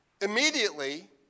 Immediately